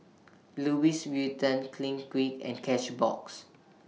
Louis Vuitton Clinique and Cashbox